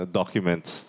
documents